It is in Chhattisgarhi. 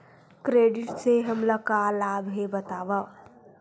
क्रेडिट से हमला का लाभ हे बतावव?